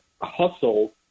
hustle